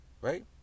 right